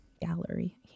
gallery